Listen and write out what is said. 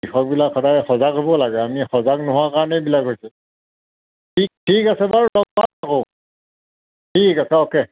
বিষয়বিলাক সদায় সজাগ হ'ব লাগে আমি সজাগ নোহোৱাৰ কাৰণে এইবিলাক হৈছে ঠিক ঠিক আছে বাৰু লগ পাম আকৌ ঠিক আছে অ'কে